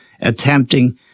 attempting